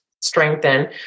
strengthen